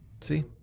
See